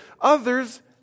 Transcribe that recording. Others